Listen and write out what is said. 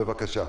בבקשה.